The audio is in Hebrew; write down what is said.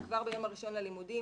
שכבר ביום הראשון ללימודים,